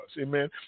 Amen